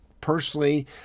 personally